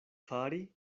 fari